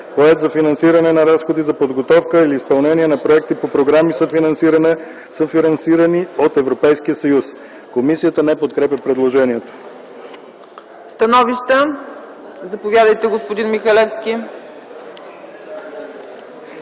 поет за финансиране на разходи за подготовка или изпълнение на проекти по програми, съфинансирани от Европейския съюз.” Комисията не подкрепя предложението. ПРЕДСЕДАТЕЛ ЦЕЦКА ЦАЧЕВА: Становища? Заповядайте, господин Михалевски.